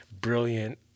brilliant